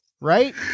Right